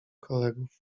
kolegów